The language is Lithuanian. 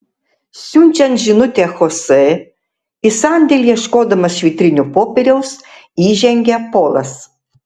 siunčiant žinutę chosė į sandėlį ieškodamas švitrinio popieriaus įžengia polas